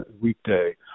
weekday